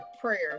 prayers